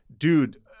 dude